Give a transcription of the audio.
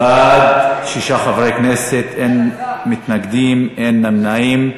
בעד, שישה חברי כנסת, אין מתנגדים ואין נמנעים.